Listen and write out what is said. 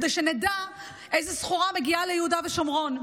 כדי שנדע איזו סחורה מגיעה ליהודה ושומרון.